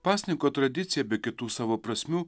pasninko tradicija be kitų savo prasmių